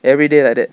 everyday like that